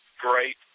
great